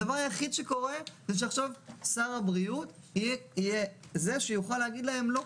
הדבר היחיד שקורה הוא שעכשיו שר הבריאות יהיה זה שיוכל להגיד להם לא,